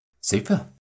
super